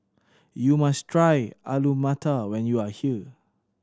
you must try Alu Matar when you are here